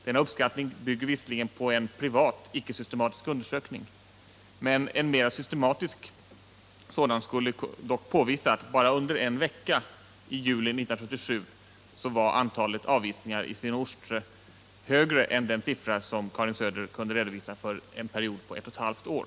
Denna uppskattning bygger visserligen på en privat, icke-systematisk undersökning, men en mera systematisk sådan undersökning skulle ändå visa att bara under en vecka i juli 1977 överskred antalet avvisningar i Swinoujscie den siffra som Karin Söder redovisade för en period på ett och ett halvt år.